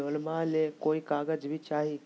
लोनमा ले कोई कागज भी चाही?